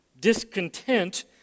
discontent